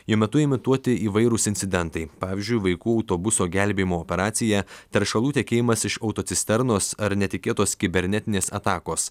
jo metu imituoti įvairūs incidentai pavyzdžiui vaikų autobuso gelbėjimo operacija teršalų tekėjimas iš autocisternos ar netikėtos kibernetinės atakos